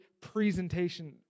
presentation